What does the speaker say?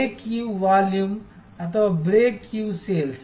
break even volume ಅಥವಾ break even sales